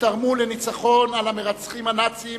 ותרמו לניצחון על המרצחים הנאצים